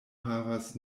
havas